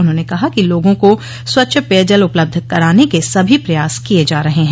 उन्होंने कहा कि लोगों को स्वच्छ पेयजल उपलब्ध कराने के सभी प्रयास किये जा रहे हैं